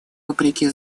вопреки